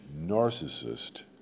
narcissist